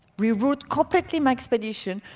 reroute completely my expedition,